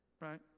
right